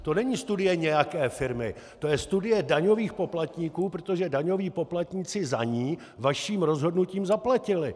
To není studie nějaké firmy, to je studie daňových poplatníků, protože daňoví poplatníci za ni vaším rozhodnutím zaplatili.